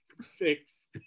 six